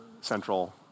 central